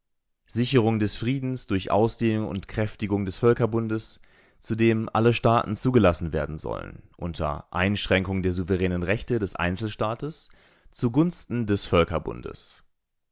sicherung des friedens durch ausdehnung und kräftigung des völkerbundes zu dem alle staaten zugelassen werden sollen unter einschränkung der souveränen rechte des einzelstaates zugunsten des völkerbundes